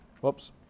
whoops